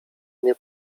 mnie